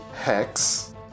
hex